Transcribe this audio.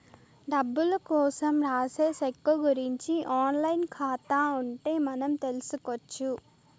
డబ్బులు కోసం రాసే సెక్కు గురుంచి ఆన్ లైన్ ఖాతా ఉంటే మనం తెల్సుకొచ్చు